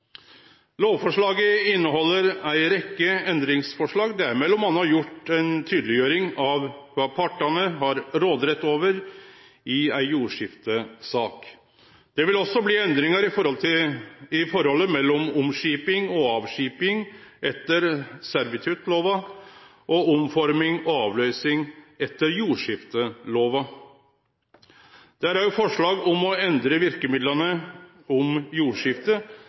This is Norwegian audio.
Lovforslaget inneheld ei rekke endringsforslag. Det er m.a. tydeleggjort kva partane har råderett over i ei jordskiftesak. Det vil også bli endringar i forholdet mellom omskiping og avskiping etter servituttlova og omforming og avløysing etter jordskiftelova. Det er òg forslag om å endre verkemidla om jordskifte